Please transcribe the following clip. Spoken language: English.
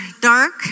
dark